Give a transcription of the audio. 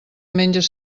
menges